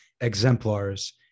exemplars